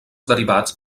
derivats